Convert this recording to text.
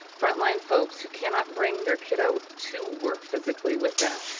front-line folks who cannot bring their kid ah to work physically with them.